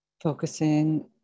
Focusing